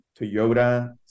Toyota